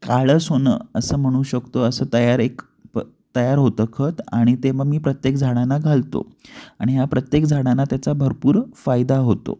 काळं सोनं असं म्हणू शकतो असं तयार एक प तयार होतं खत आणि ते मग मी प्रत्येक झाडाना घालतो आणि हा प्रत्येक झाडाना त्याचा भरपूर फायदा होतो